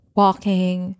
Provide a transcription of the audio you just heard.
walking